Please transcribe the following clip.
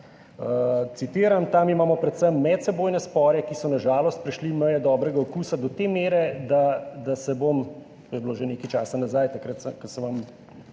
citiram: »+Tam imamo predvsem medsebojne spore, ki so na žalost prešli meje dobrega okusa do te mere, da se bom,« to je bilo že nekaj časa nazaj, takrat, ko sem vam